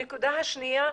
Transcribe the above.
הנקודה השנייה,